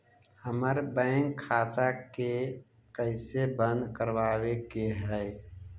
हमर बैंक खाता के कैसे बंद करबाबे के है?